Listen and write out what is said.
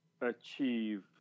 achieve